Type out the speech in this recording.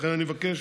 לכן, אני מבקש